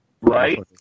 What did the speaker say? Right